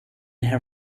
her